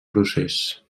procés